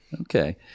Okay